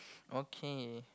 okay